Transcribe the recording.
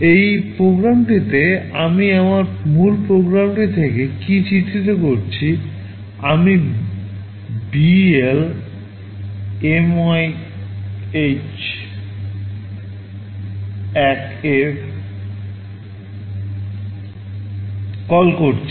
এই প্রোগ্রামটিতে আমি আমার মূল প্রোগ্রামটি থেকে কী চিত্রিত করছি আমি বিএল মাইএইচ 1 এ কল করছি